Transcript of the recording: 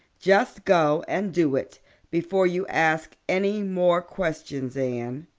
just go and do it before you ask any more questions, anne.